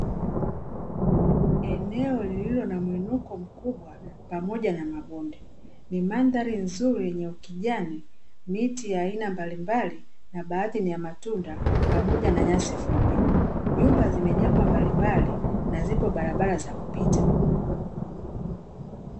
Eneo lililo na muinuko mkubwa pamoja na mabonde, ni mandhari nzuri yenye ukijani, miti ya aina mbalimbali na baadhi ni ya matunda pamoja na nyasi fupi, nyumba zimejengwa mbalimbali na zipo barabara za kupita.